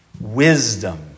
wisdom